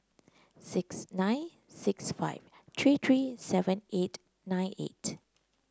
six nine six five three three seven eight nine eight